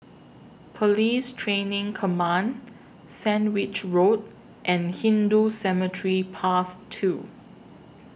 Police Training Command Sandwich Road and Hindu Cemetery Path two